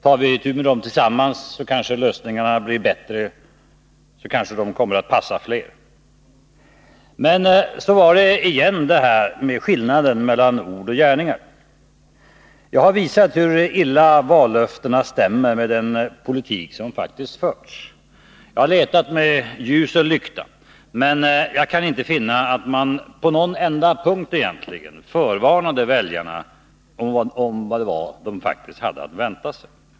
Tar vi itu med dem tillsammans kanske lösningarna blir bättre, och kanske de då kommer att passa fler. Men så var det återigen detta med skillnaden mellan ord och gärningar. Jag har visat hur illa vallöftena stämmer med den politik som faktiskt har förts. Jag harletat med ljus och lykta, men jag kan inte finna att man på någon enda punkt förvarnade väljarna om vad de faktiskt hade att vänta sig.